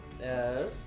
Yes